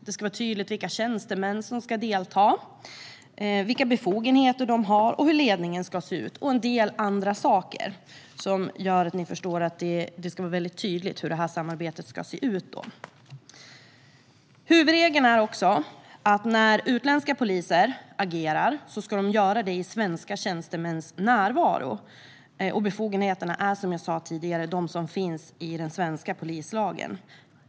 Det ska vara tydligt vilka tjänstemän som ska delta, vilka befogenheter de har, hur ledningen ska se ut och en del andra saker. Som ni förstår ska det vara väldigt tydligt hur samarbetet ska se ut. Huvudregeln är att när utländska poliser agerar ska de göra det i svenska tjänstemäns närvaro. Befogenheterna är, som jag sa tidigare, de som finns i den svenska polislagen.